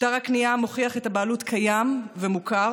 שטר הקנייה המוכיח את הבעלות קיים ומוכר